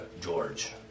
George